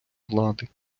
влади